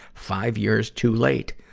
five years too late.